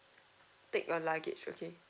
take your luggage okay